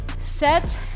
set